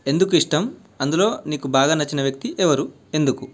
ఎందుకు ఇష్టం అందులో నీకు బాగా నచ్చిన వ్యక్తి ఎవరు ఎందుకు